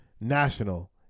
national